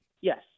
yes